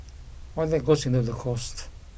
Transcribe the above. all that goes into the cost